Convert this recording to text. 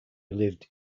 lived